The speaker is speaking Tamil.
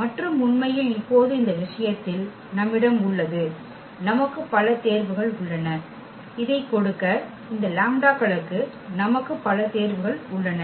மற்றும் உண்மையில் இப்போது இந்த விஷயத்தில் நம்மிடம் உள்ளது நமக்கு பல தேர்வுகள் உள்ளன இதைக் கொடுக்க இந்த லாம்ப்டாக்களுக்கு நமக்கு பல தேர்வுகள் உள்ளன